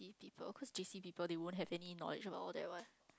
people cause J_C people they won't have any knowledge about all that one